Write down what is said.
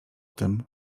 tym